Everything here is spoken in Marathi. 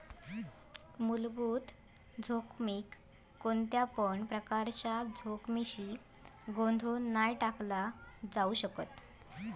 मुलभूत जोखमीक कोणत्यापण प्रकारच्या जोखमीशी गोंधळुन नाय टाकला जाउ शकत